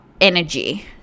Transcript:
energy